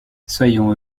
soyons